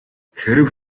хэрэв